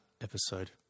episode